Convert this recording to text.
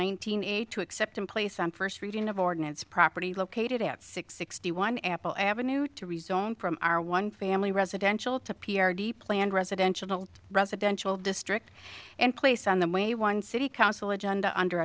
thousand eight to except in place on first reading of ordinance property located at six sixty one apple avenue to rezone from r one family residential to p r d planned residential residential district and place on the way one city council agenda under